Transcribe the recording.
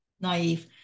naive